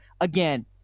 again